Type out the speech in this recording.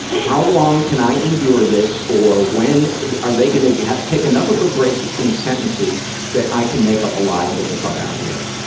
how long can i endure this or when are they gonna take enough of break between sentences that i can make up a lie and get the fuck out of here?